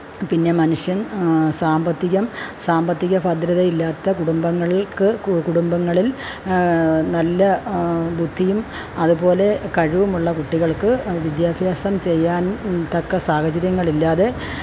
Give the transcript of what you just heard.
പിന്നെ മനുഷ്യന് സാമ്പത്തികം സാമ്പത്തിക ഭദ്രതയില്ലാത്ത കുടുംബങ്ങള്ക്ക് കുടുംബങ്ങളില് നല്ല ബുദ്ധിയും അതുപോലെ കഴിവുമുള്ള കുട്ടികള്ക്ക് വിദ്യാഫ്യാസം ചെയ്യാനും തക്ക സാഹചര്യങ്ങളില്ലാതെ